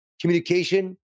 Communication